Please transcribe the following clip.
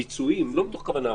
הביצועיים, לא מתוך כוונה רעה,